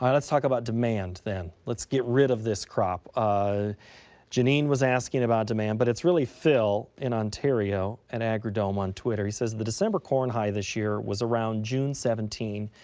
ah let's talk about demand then. let's get rid of this crop. ah jeannine was asking about demand but it's really phil in ontario and agridome on twitter. says, the december corn high this year was around june seventeenth.